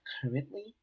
currently